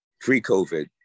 pre-COVID